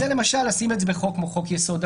זה למשל לשים את זה בחוק כמו חוק-יסוד: